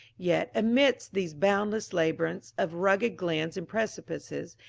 yet amidst these boundless labyrinths of rugged glens and precipices,